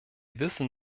wissen